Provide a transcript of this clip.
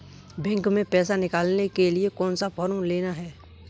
Bank में पैसा निकालने के लिए कौन सा फॉर्म लेना है?